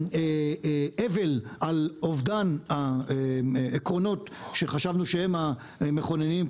אבל על אובדן העקרונות שחשבנו שהם המכוננים,